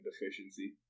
deficiency